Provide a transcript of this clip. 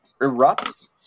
erupt